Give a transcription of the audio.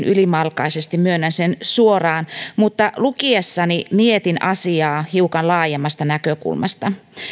ylimalkaisesti myönnän sen suoraan mutta lukiessani mietin asiaa hiukan laajemmasta näkökulmasta